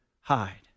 hide